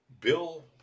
Bill